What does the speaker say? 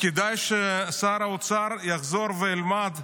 כדאי ששר האוצר יחזור וילמד,